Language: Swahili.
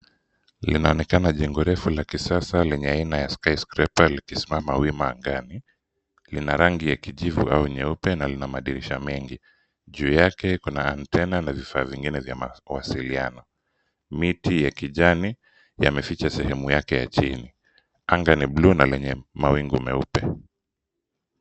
Linaonekana jengo refu la kisasa lenye aina ya skyscrapper likisimama wima angani. Lina rangi ya kijivu au nyeupe na lina madirisha mengi. Juu yake kuna antena na vifaa vingine vya mawasiliano. Miti ya kijani yameficha sehemu yake ya chini. Anga ni blue na lenye mawingu nyeupe.